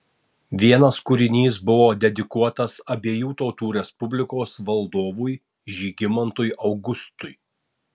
vienas kūrinys buvo dedikuotas abiejų tautų respublikos valdovui žygimantui augustui